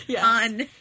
on